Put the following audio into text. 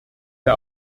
der